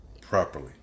properly